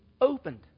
opened